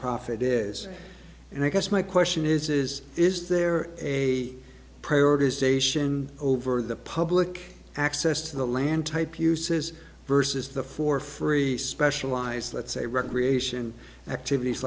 nonprofit is and i guess my question is is is there a prioritization over the public access to the land type uses versus the for free specialized let's say recreation activities